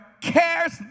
cares